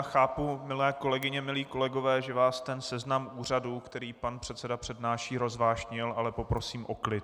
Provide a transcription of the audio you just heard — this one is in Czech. Chápu, milé kolegyně, milí kolegové, že vás ten seznam úřadů, který pan předseda přednáší, rozvášnil, ale poprosím o klid.